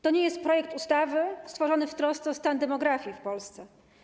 To nie jest projekt ustawy stworzony w trosce o stan demografii w Polsce.